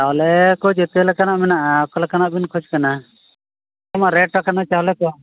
ᱪᱟᱣᱞᱮ ᱠᱚ ᱡᱚᱛᱚ ᱞᱮᱠᱟᱱᱟᱜ ᱢᱮᱱᱟᱜᱼᱟ ᱪᱮᱫ ᱞᱮᱠᱟᱱᱟᱜ ᱢᱮᱱᱟᱜᱼᱟ ᱚᱠᱟ ᱞᱮᱠᱟᱱᱟᱜ ᱵᱤᱱ ᱠᱷᱚᱡᱽ ᱠᱟᱱᱟ ᱟᱭᱢᱟ ᱨᱮᱹᱴ ᱟᱠᱟᱱᱟ ᱪᱟᱣᱞᱮ ᱠᱚ